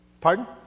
Pardon